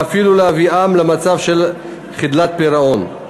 ואפילו להביאם למצב של חדלות פירעון.